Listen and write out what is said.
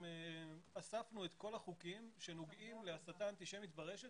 אספנו את כל החוקים שנוגעים להסתה אנטישמית ברשת